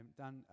Dan